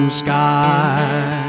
sky